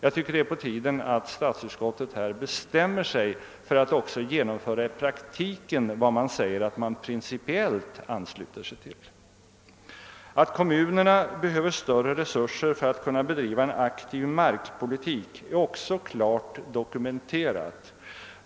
Jag tycker att det är på tiden att statsutskottet bestämmer sig för att också i praktiken genomföra vad man säger att man principiellt ansluter sig till. Att kommunerna behöver större resurser för att kunna bedriva en aktiv markpolitik är också klart dokumenterat.